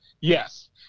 Yes